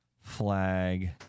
flag